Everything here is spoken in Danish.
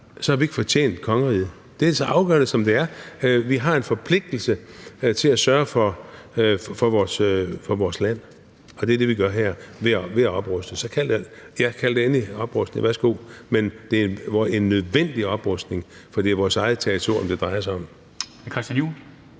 har vi ikke fortjent kongeriget. Det er så afgørende, som det er. Vi har en forpligtelse til at sørge for vores land, og det er det, vi gør her ved at opruste. Så kald det endelig oprustning, værsgo, men det er en nødvendig oprustning. For det er vores eget territorium, det drejer sig om.